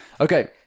Okay